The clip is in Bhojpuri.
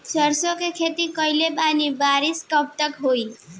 सरसों के खेती कईले बानी बारिश कब तक होई?